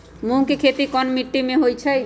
मूँग के खेती कौन मीटी मे होईछ?